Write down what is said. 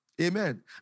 Amen